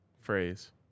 phrase